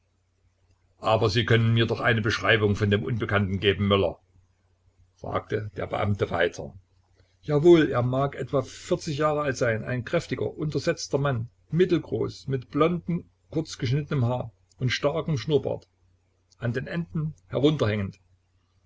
aber sie können mir doch eine beschreibung von dem unbekannten geben möller fragte der beamte weiter jawohl er mag etwa vierzig jahre alt sein ein kräftiger untersetzter mann mittelgroß mit blondem kurz geschnittenem haar und starkem schnurrbart an den enden